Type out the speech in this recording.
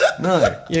No